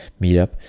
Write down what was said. meetup